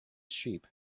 sheep